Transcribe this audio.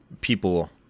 people